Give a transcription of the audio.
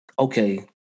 Okay